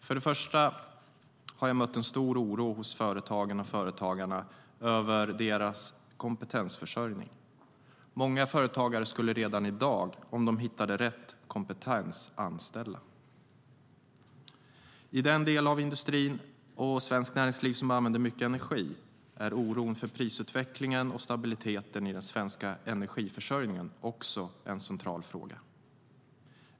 Först och främst har jag mött en stor oro hos företagen och företagarna över deras kompetensförsörjning. Många företagare skulle redan i dag, om de hittade rätt kompetens, anställa. I den del av industrin och svenskt näringsliv som använder mycket energi är oron för prisutvecklingen och stabiliteten i den svenska energiförsörjningen också en central fråga.